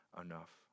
enough